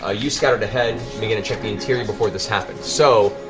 ah you scouted ahead and began to check the interior before this happened. so,